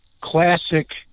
classic